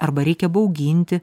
arba reikia bauginti